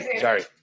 sorry